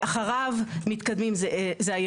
עבודה קשה של מתכננים, מקבלי